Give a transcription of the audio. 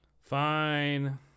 Fine